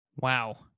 Wow